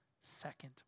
second